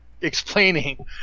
explaining